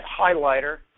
highlighter